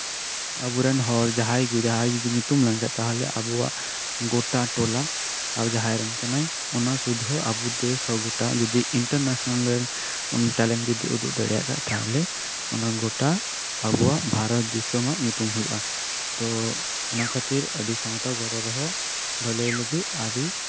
ᱟᱵᱚᱨᱮᱱ ᱦᱚᱲ ᱡᱟᱦᱟᱸᱭᱜᱮ ᱡᱟᱦᱟᱸᱭ ᱡᱚᱫᱤ ᱧᱩᱛᱩᱢ ᱞᱮᱱᱠᱷᱟᱱ ᱛᱟᱦᱚᱞᱮ ᱟᱵᱚᱣᱟᱜ ᱜᱚᱴᱟ ᱴᱚᱞᱟ ᱟᱵᱚ ᱡᱟᱦᱟᱸᱭ ᱨᱮᱱ ᱠᱟᱱᱟᱭ ᱚᱱᱟ ᱥᱩᱫᱽᱫᱷᱟᱹ ᱟᱵᱚ ᱫᱮᱥᱦᱚᱸ ᱜᱚᱴᱟ ᱡᱚᱫᱤ ᱤᱱᱴᱟᱨ ᱱᱮᱥᱮᱱᱮᱞ ᱨᱮ ᱚᱱᱟ ᱴᱮᱞᱮᱱᱴ ᱡᱚᱫᱤ ᱩᱫᱩᱜ ᱫᱟᱲᱮᱭᱟᱜ ᱠᱷᱟᱱ ᱛᱟᱦᱚᱞᱮ ᱚᱱᱟ ᱜᱚᱴᱟ ᱟᱵᱚᱣᱟᱜ ᱵᱷᱟᱨᱚᱛ ᱫᱤᱥᱚᱢᱟᱜ ᱧᱩᱛᱩᱢ ᱦᱳᱭᱳᱜᱼᱟ ᱛᱚ ᱚᱱᱟ ᱠᱷᱟᱛᱤᱨ ᱟᱹᱰᱤ ᱥᱟᱶᱛᱟ ᱜᱚᱲᱚ ᱨᱮᱦᱚᱸ ᱵᱷᱟᱹᱞᱟᱹᱭ ᱞᱟᱹᱜᱤᱫ ᱟᱹᱨᱤ